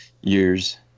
years